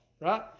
right